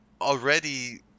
already